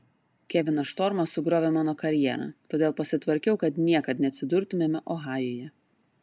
kevinas štormas sugriovė mano karjerą todėl pasitvarkiau kad niekad neatsidurtumėme ohajuje